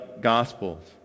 Gospels